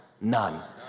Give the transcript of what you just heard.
none